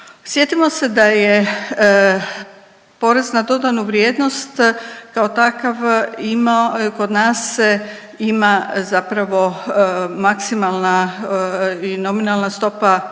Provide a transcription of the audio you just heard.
Sjetimo se da je porez na dodanu vrijednost kao takav imao kod nas se ima zapravo maksimalna i nominalna stopa